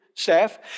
staff